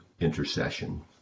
intercession